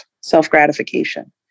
self-gratification